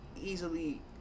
easily